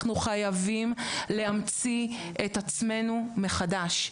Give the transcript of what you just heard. אנחנו חייבים להמציא את עצמנו מחדש.